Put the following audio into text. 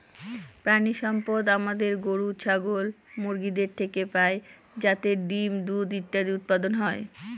প্রানীসম্পদ আমাদের গরু, ছাগল, মুরগিদের থেকে পাই যাতে ডিম, দুধ ইত্যাদি উৎপাদন হয়